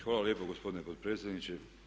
Hvala lijepa gospodine potpredsjedniče.